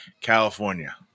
California